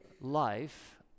life